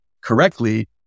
correctly